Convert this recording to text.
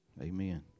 Amen